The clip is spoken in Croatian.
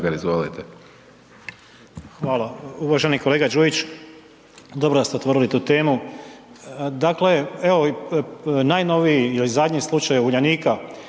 (HSU)** Uvaženi kolega Đujić, dobro da ste otvorili tu temu, dakle evo najnoviji ili zadnji slučaj Uljanika